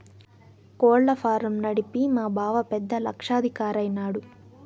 కోళ్ల ఫారం నడిపి మా బావ పెద్ద లక్షాధికారైన నాడు